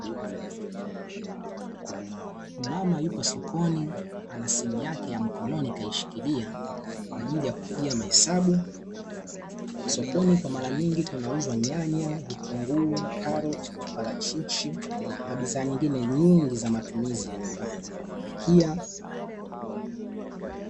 Mmama yupo sokoni ana simu yake ya mkononi kaishikilia, kwa ajili ya kupigia mahesabu. Sokoni kwa mara nyingi kunauzwa: nyanya, vitunguu, karoti, parachichi na bidhaa nyingine nyingi za matumizi ya nyumbani, kwa kupikia.